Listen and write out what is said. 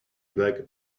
black